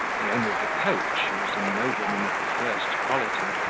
the owner of the coach, who was a nobleman of the first quality,